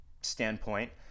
standpoint